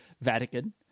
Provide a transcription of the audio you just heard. Vatican